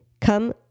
come